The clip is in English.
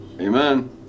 Amen